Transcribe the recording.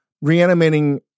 reanimating